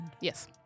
Yes